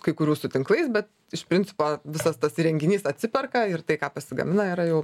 kai kurių su tinklais bet iš principo visas tas įrenginys atsiperka ir tai ką pasigamina yra jau